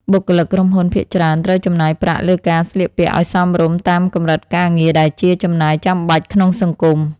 បុគ្គលិកក្រុមហ៊ុនភាគច្រើនត្រូវចំណាយប្រាក់លើការស្លៀកពាក់ឱ្យសមរម្យតាមកម្រិតការងារដែលជាចំណាយចាំបាច់ក្នុងសង្គម។